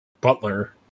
Butler